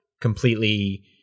completely